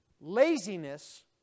Laziness